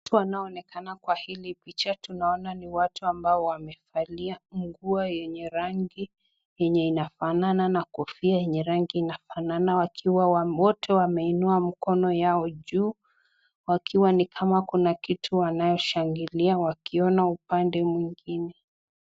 Watu wanaonekana kwa hii picha tunaona watu ambao wamevalia nguo yenye rangi inafanana na kofia yenye rangi inafanana wakiwa wote wameinua mikono yao juu wakiwa ni kama kuna kitu wanae shangilia wakiona upande mwingine.